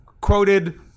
Quoted